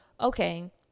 okay